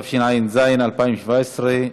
התשע"ז 2017,